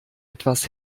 etwas